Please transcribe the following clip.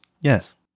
Yes